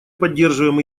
поддерживаем